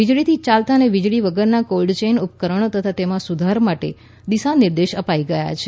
વીજળીથી યાલતા અને વીજળી વગરના કોલ્ડ ચેન ઉપકરણો તથા તેમાં સુધાર માટે દિશાનિર્દેશ અપાઇ ગયા છે